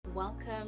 Welcome